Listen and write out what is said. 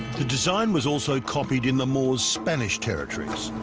the design was also copied in the moors spanish territories